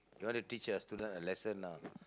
you want to a student a lesson lah